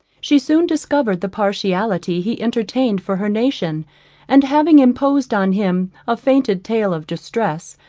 she soon discovered the partiality he entertained for her nation and having imposed on him a feigned tale of distress,